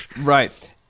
Right